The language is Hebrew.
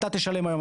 אתה תשלם היום.